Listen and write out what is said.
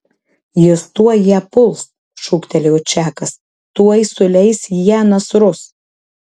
jis tuoj ją puls šūktelėjo čakas tuoj suleis į ją nasrus